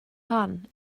hon